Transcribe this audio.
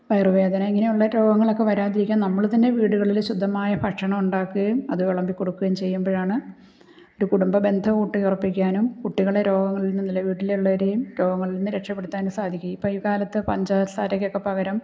വയറുവേദന ഇങ്ങനെയുള്ള രോഗങ്ങളൊക്കെ വരാതിരിക്കാൻ നമ്മൾ തന്നെ വീടുകളിൽ ശുദ്ധമായ ഭക്ഷണം ഉണ്ടാക്കുകയും അതു വിളമ്പിക്കൊടുക്കുകയും ചെയ്യുമ്പോഴാണ് ഒരു കുടുംബ ബന്ധം ഊട്ടി ഉറപ്പിക്കാനും കുട്ടികളെ രോഗങ്ങളിൽ നിന്ന് അല്ലെ വീട്ടിലുള്ളവരെയും രോഗങ്ങളിൽ നിന്ന് രക്ഷപ്പെടുത്താനും സാധിക്കെയ് ഇപ്പം ഈ കാലത്ത് പഞ്ചാസാരക്കൊക്കെ പകരം